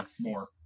more